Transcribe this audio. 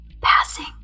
passing